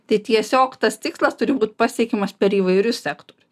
tai tiesiog tas tikslas turi būt pasiekiamas per įvairius sektorius